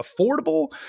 affordable